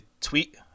tweet